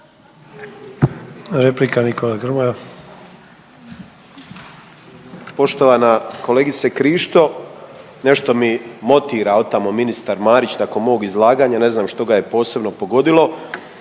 Replika Nikola Grmoja.